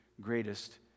greatest